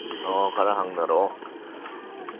ꯑꯣ ꯈꯔ ꯍꯪꯅꯔꯛꯑꯣ